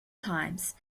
times